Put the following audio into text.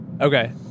Okay